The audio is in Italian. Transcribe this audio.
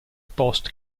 post